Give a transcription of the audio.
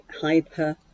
hyper